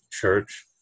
church